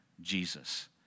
Jesus